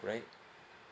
right